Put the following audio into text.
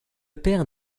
père